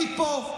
אני פה.